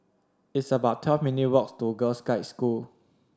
it's about twelve minute' walks to Girl Guides School